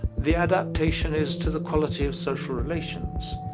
the adaptation is to the quality of social relations.